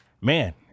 Man